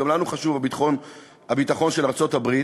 גם לנו חשוב הביטחון של ארצות-הברית.